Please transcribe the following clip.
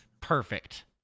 Perfect